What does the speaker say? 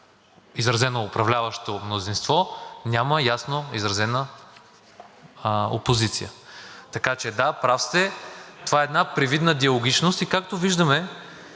изразено управляващо мнозинство, няма ясно изразена опозиция, така че, да, прав сте. Това е една привидна диалогичност, както виждаме